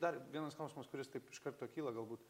dar vienas klausimas kuris taip iš karto kyla galbūt